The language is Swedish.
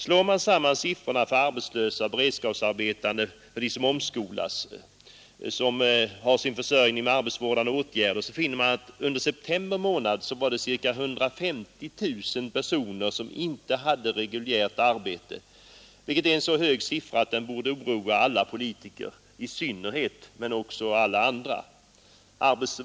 Slår man samman siffrorna för arbetslösa, beredskapsarbetande, de människor som omskolas och som har sin försörjning med hjälp av arbetsvårdsåtgärder, så finner man att under september var det ca 150 000 personer som inte hade reguljärt arbete. Siffran är så hög att den borde oroa i synnerhet alla politiker men också alla andra.